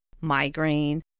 migraine